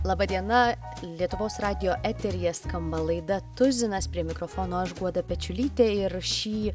laba diena lietuvos radijo eteryje skamba laida tuzinas prie mikrofono aš guoda pečiulytė ir šį